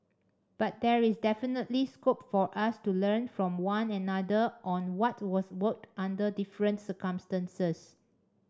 but there is definitely scope for us to learn from one another on what was worked under different circumstances